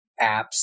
apps